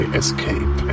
escape